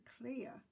clear